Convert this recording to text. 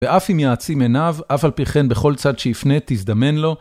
ואף אם יעצים עיניו, אף על פי כן בכל צד שיפנה תזדמן לו.